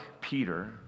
Peter